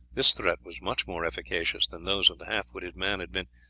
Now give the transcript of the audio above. this threat was much more efficacious than those of the half-witted man had been,